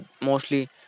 mostly